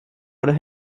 oder